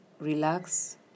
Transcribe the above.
Relax